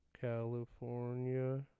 California